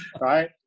right